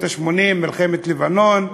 בשנות ה-80, מלחמת לבנון,